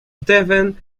stephen